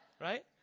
Right